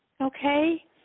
okay